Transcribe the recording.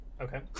Okay